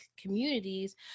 communities